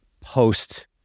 post